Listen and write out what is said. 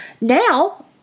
Now